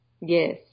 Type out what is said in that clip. Yes